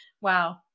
Wow